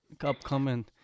upcoming